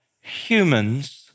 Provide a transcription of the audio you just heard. humans